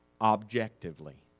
objectively